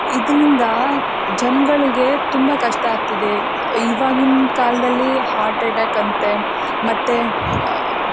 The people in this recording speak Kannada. ಇದರಿಂದ ಜನಗಳ್ಗೆ ತುಂಬ ಕಷ್ಟ ಆಗ್ತಿದೆ ಇವಾಗಿನ ಕಾಲದಲ್ಲಿ ಹಾರ್ಟ್ ಅಟ್ಯಾಕ್ ಅಂತೆ ಮತ್ತು